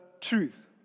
truth